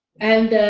and